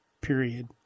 period